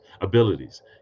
abilities